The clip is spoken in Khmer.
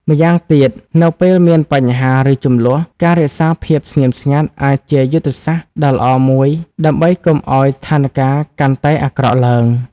ម្យ៉ាងទៀត នៅពេលមានបញ្ហា ឬជម្លោះ ការរក្សាភាពស្ងៀមស្ងាត់អាចជាយុទ្ធសាស្ត្រដ៏ល្អមួយ ដើម្បីកុំឱ្យស្ថានការណ៍កាន់តែអាក្រក់ឡើង។